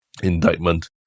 indictment